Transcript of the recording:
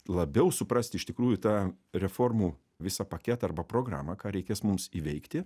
labiau suprasti iš tikrųjų tą reformų visą paketą arba programą ką reikės mums įveikti